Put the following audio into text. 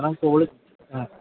അ ക്വാളി അ